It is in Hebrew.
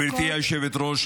גברתי היושבת-ראש,